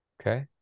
Okay